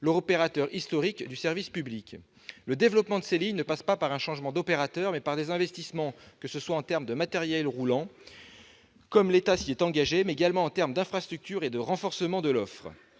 l'opérateur historique du service public. Le développement de ces lignes passe non pas par un changement d'opérateur, mais par des investissements en termes de matériels roulants- l'État s'y est engagé -, d'infrastructures et de renforcement de l'offre.